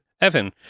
Evan